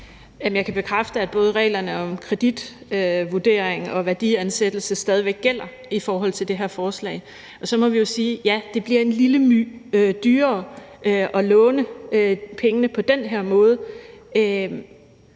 Jeg kan bekræfte, at både reglerne om kreditvurdering og værdiansættelse stadig væk gælder i forhold til det her forslag. Og så må vi jo sige: Ja, det bliver en lille my dyrere at låne pengene på den her måde,